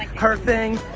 her thing,